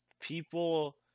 people